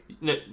No